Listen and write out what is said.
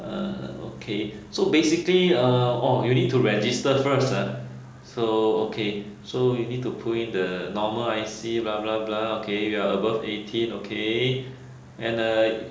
err okay so basically ah orh you need to register first ha so okay so you need to put in the normal I_C okay you are above eighteen okay and uh